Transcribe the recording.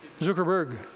Zuckerberg